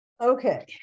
Okay